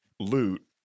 loot